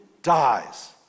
Dies